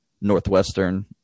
northwestern